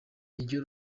iryo